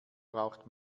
braucht